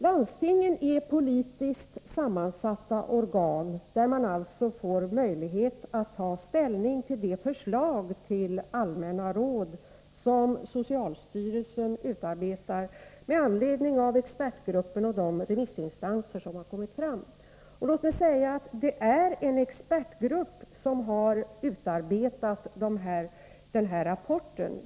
Landstingen är politiskt sammansatta organ, och de får alltså möjlighet att ta ställning till förslagen, som grundas på vad expertgrupper och remissinstanser kommit fram till. Låt mig i det sammanhanget betona att det är en expertgrupp som har utarbetat faktarapporten.